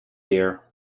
dear